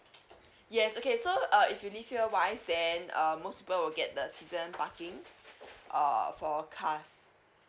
yes okay so uh if you leave your then um most people will get the season parking err for cars